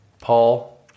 Paul